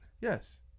Yes